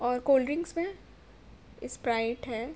اور cold drinks میں Sprite ہے